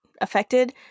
affected